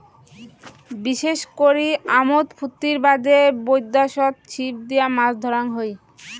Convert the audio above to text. বিশেষ করি আমোদ ফুর্তির বাদে বৈদ্যাশত ছিপ দিয়া মাছ ধরাং হই